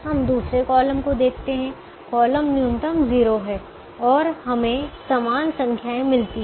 हम दूसरे कॉलम को देखते हैं कॉलम न्यूनतम 0 है और हमें समान संख्याएँ मिलती है